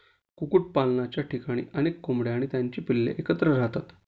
कुक्कुटपालनाच्या ठिकाणी अनेक कोंबड्या आणि त्यांची पिल्ले एकत्र राहतात